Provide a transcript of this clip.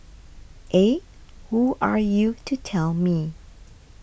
eh who are you to tell me